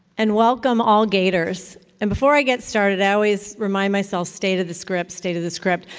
and welcome, all gators. and before i get started, i always remind myself, stay to the script, stay to the script.